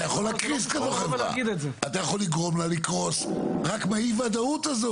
אתה יכול לגרום לה לקרוס רק מאי הוודאות.